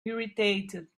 irritated